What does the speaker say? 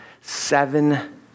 seven